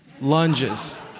lunges